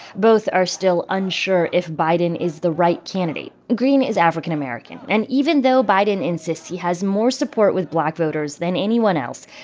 both are still unsure if biden is the right candidate. green is african american, and even though biden insists he has more support with black voters than anyone else,